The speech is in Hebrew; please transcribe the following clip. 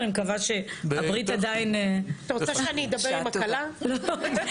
ואם לפי צורך אפשר בהאי לישנא לקבוע את ההבחנה בין שני סוגי הרקמות.